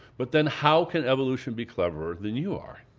but then how can evolution be cleverer than you are?